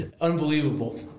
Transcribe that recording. Unbelievable